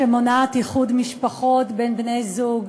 שמונע איחוד משפחות של בני-זוג,